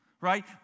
right